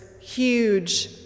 huge